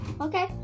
Okay